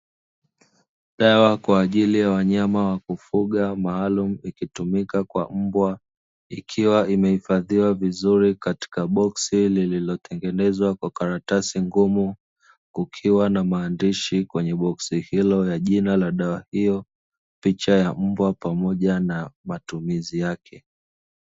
Dawa kwa ajili ya wanyama wa kufuga, maalumu ikitumika kwa mbwa, ikiwa imehifadhiwa vizuri katika boksi lililotengenezwa vizuri kwa karatasi ngumu, kukiwa na maandishi juu ya karatasi hilo yenye maandishi ya jina la dawa hiyo, picha ya mbwa, pamoja na matumizi yake.